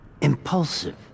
Impulsive